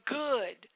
good